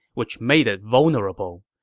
which made it vulnerable.